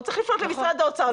הוא צריך לפנות למשרד האוצר,